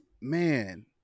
man